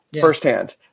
firsthand